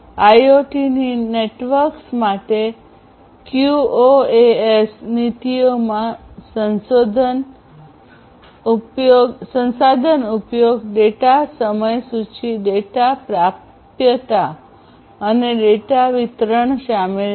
IoT networks માટે QoS નીતિઓમાં સંસાધન ઉપયોગ ડેટા સમયસૂચિ ડેટા પ્રાપ્યતા અને ડેટા વિતરણ શામેલ છે